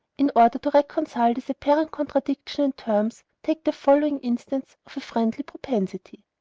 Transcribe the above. in order to reconcile this apparent contradiction in terms, take the following instance of a friendly propensity.